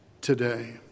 today